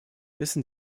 wissen